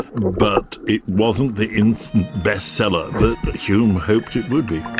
but it wasn't the instant best-seller that hume hoped it would be.